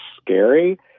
scary